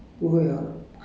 and then